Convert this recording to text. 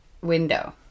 window